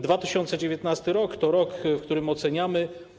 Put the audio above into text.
2019 r. to rok, w którym to oceniamy.